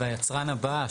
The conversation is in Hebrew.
והיצרן הבא,